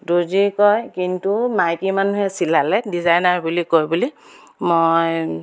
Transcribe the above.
দৰ্জী কয় কিন্তু মাইকী মানুহে চিলালে ডিজাইনাৰ বুলি কয় বুলি মই